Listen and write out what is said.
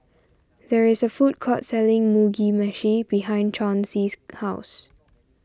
there is a food court selling Mugi Meshi behind Chauncey's house